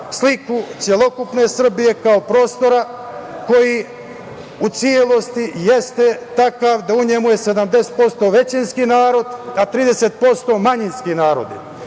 sliku celokupne Srbije kao prostora koji u celosti jeste takav da je u njemu 70% većinski narod a 30% manjinskih naroda